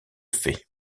fait